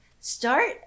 Start